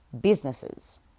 businesses